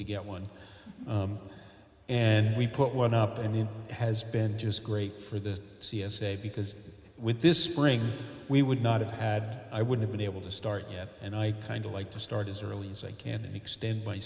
to get one and we put one up and it has been just great for the c s a because with this spring we would not have had i would have been able to start yet and i kind of like to start as early as i can and extend my